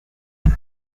gusa